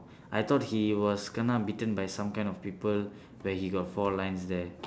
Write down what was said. I thought he was kena beaten by some kind of people where he got four lines there